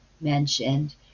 mentioned